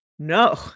No